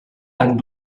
tant